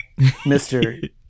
Mr